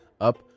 Up